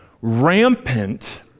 rampant